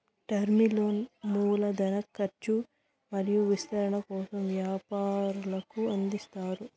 term లోన్లు మూల ధన కర్చు మరియు విస్తరణ కోసం వ్యాపారులకు అందిస్తారు